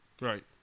Right